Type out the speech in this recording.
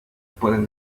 pueden